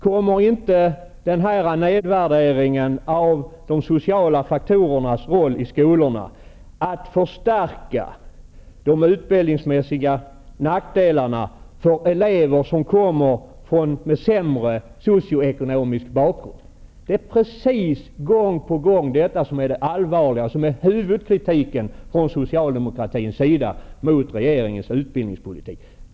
Kommer inte den här nedvärderingen av de sociala faktorernas roll i skolorna att förstärka de utbildningsmässiga nackdelarna för elever som har sämre socioekonomisk bakgrund? Det är detta som är det allvarliga, som är huvudkritiken från socialdemokratins sida mot regeringens utbildningspolitik.